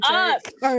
up